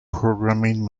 programming